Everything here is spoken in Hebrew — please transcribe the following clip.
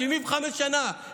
75 שנה.